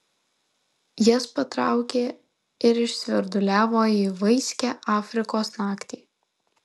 jas patraukė ir išsvirduliavo į vaiskią afrikos naktį